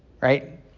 right